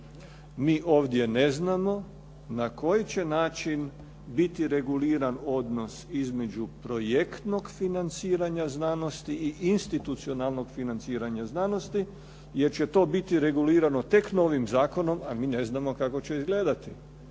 Mi ovdje ne znamo na koji će način biti reguliran odnos između projektnog financiranja znanosti i institucionalnog financiranja znanosti, jer će to biti regulirano tek novim zakonom, a mi ne znamo kako će izgledati.